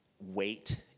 wait